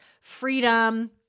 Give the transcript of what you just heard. freedom